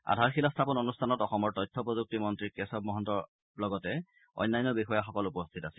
আধাৰশিলা স্থাপন অনুষ্ঠানত অসমৰ তথ্য প্ৰযুক্তি মন্ত্ৰী কেশৱ মহস্ত লগতে অন্যান্য বিষয়াসকল উপস্থিত আছিল